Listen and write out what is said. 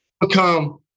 become